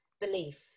belief